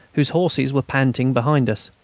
whose horses were panting behind us.